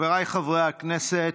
חבריי חברי הכנסת,